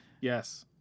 Yes